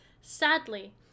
Sadly